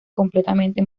completamente